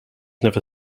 never